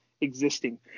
existing